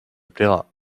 plaira